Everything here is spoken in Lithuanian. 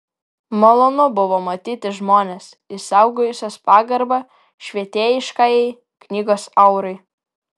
malonu buvo matyti žmones išsaugojusius pagarbą švietėjiškajai knygos aurai